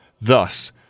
Thus